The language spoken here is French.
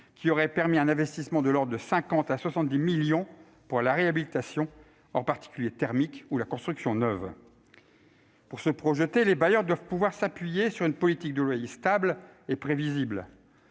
auraient permis des investissements de l'ordre de 50 à 70 millions d'euros en faveur de la réhabilitation, en particulier thermique, ou de la construction neuve. Pour se projeter, les bailleurs doivent pouvoir s'appuyer sur une politique de loyers stable et prévisible.